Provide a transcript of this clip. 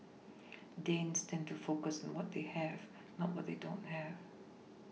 Danes tend to focus on what they have not what they don't have